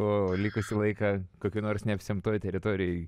o likusį laiką kokioj nors neapsemtoj teritorijoj